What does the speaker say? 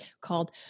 called